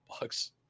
bucks